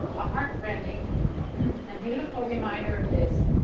a heartrending and beautiful reminder of this